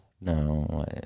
No